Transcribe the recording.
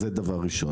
זה דבר ראשון.